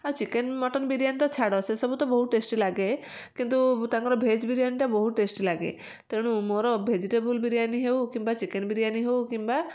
ଆଉ chicken mutton biryani ତ ଛାଡ଼ ସେସବୁ ତ ବହୁତ ଟେଷ୍ଟି ଲାଗେ କିନ୍ତୁ ତାଙ୍କର ଭେଜ୍ ବିରିୟାନିଟା ବହୁତ ଟେଷ୍ଟି ଲାଗେ ତେଣୁ ମୋର ଭେଜିଟେବୁଲ୍ ବିରିୟାନି ହେଉ କିମ୍ବା ଚିକେନ୍ ବିରିୟାନି ହେଉ କିମ୍ବା